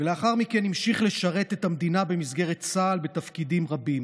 ולאחר מכן המשיך לשרת את המדינה במסגרת צה"ל בתפקידים רבים.